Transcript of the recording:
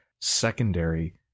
secondary